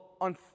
on